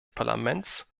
parlaments